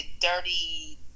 dirty